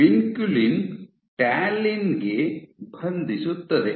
vinculin talin ಗೆ ಬಂಧಿಸುತ್ತದೆ